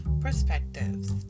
perspectives